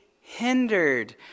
hindered